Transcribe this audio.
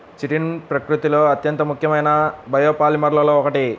chitin ప్రకృతిలో అత్యంత ముఖ్యమైన బయోపాలిమర్లలో ఒకటి